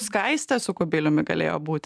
skaistė su kubiliumi galėjo būt